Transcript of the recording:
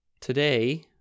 Today